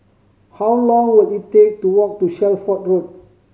how long will it take to walk to Shelford Road